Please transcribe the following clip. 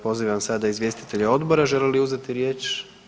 Pozivam sad izvjestitelja odbora želi li uzeti riječ?